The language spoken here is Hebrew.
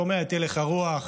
שומע את הלך הרוח,